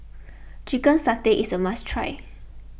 Chicken Satay is a must try